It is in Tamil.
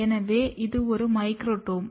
எனவே இது ஒரு மைக்ரோடோம்